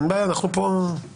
אין בעיה, אנחנו פה בנחת.